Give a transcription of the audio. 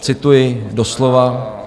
Cituji doslova: